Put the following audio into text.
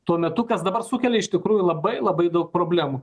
tuo metu kas dabar sukelia iš tikrųjų labai labai daug problemų